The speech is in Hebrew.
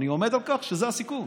אני עומד על כך שזה הסיכום.